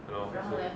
ya after that